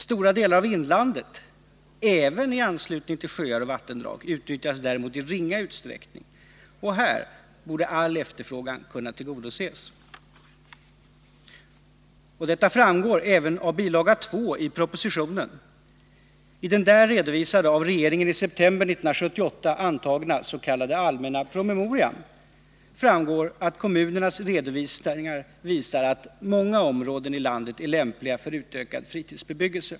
Stora delar av inlandet — även i anslutning till sjöar och vattendrag — utnyttjas däremot i ringa utsträckning. Här borde all efterfrågan kunna tillgodoses. Detta framgår även av bil. 2 i propositionen. I den där redovisade, av regeringen i september 1978 antagna, s.k. allmänna promemorian framgår att kommunernas redovisningar visar att många områden i landet är lämpliga för utökad fritidsbebyggelse.